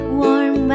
warm